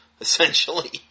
Essentially